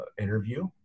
interview